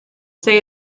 say